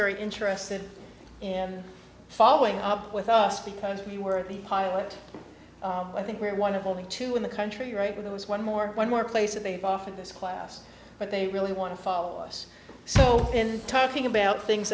very interested in following up with us because we were the pilot i think we're one of only two in the country right with those one more one more place that they've offered this class but they really want to follow us so in talking about things